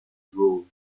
drool